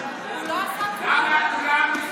אני אומר לך עכשיו, החוצה.